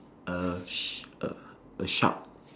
a sh~ a a shark